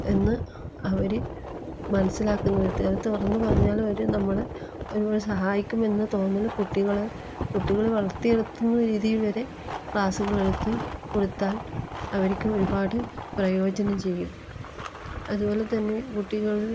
എന്ന് അവർ മനസ്സിലാക്കുന്ന വിധത്തിൽ അത് തുറന്ന് പറഞ്ഞാലവരെ നമ്മൾ ഒരുപാട് സഹായിക്കുമെന്ന തോന്നൽ കുട്ടികളിൽ കുട്ടികളെ വർത്തിയെടുക്കുന്ന രീതിയിൽ വരെ ക്ലാസ്സുകളെടുത്ത് കൊടുത്താൽ അവർക്ക് ഒരുപാട് പ്രയോജനം ചെയ്യും അതുപോലെ തന്നെ കുട്ടികൾ